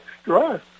stress